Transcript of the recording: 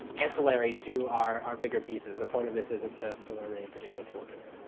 ancillary to our bigger pieces. the point of this isn't to to learn any particular tool-kits.